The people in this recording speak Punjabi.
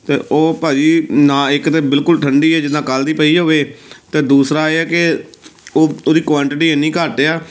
ਅਤੇ ਉਹ ਭਾਅ ਜੀ ਨਾ ਇੱਕ ਤਾਂ ਬਿਲਕੁਲ ਠੰਡੀ ਹੈ ਜਿੱਦਾਂ ਕੱਲ ਦੀ ਪਈ ਹੋਵੇ ਅਤੇ ਦੂਸਰਾ ਇਹ ਕਿ ਉਹ ਉਹਦੀ ਕੁਆਂਟਿਟੀ ਇੰਨੀ ਘੱਟ ਆ